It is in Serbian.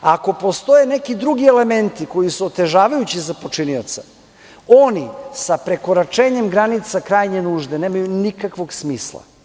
Ako postoje neki drugi elementi koji su otežavajući za počinioca, oni sa prekoračenjem granice krajnje nužde nemaju nikakvog smisla.